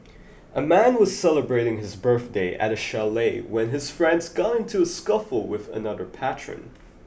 a man was celebrating his birthday at a chalet when his friends got into a scuffle with another patron